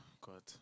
God